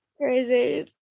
crazy